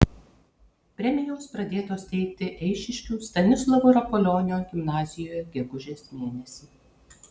premijos pradėtos teikti eišiškių stanislovo rapolionio gimnazijoje gegužės mėnesį